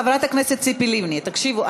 חברת הכנסת ציפי לבני, תקשיבו.